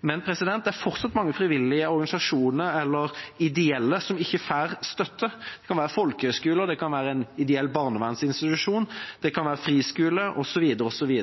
men det er fortsatt mange frivillige organisasjoner, eller ideelle, som ikke får støtte. Det kan være folkehøyskoler, det kan være en ideell barnevernsinstitusjon, det kan være friskoler osv.